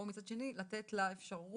או מצד שני לתת לה אפשרות.